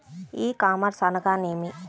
ఈ కామర్స్ అనగా నేమి?